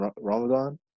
Ramadan